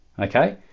okay